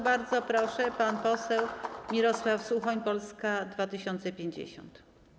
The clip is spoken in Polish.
Bardzo proszę, pan poseł Mirosław Suchoń, Polska 2050.